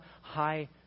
high